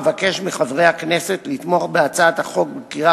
אבקש מחברי הכנסת לתמוך בהצעת החוק בקריאה